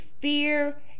fear